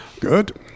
good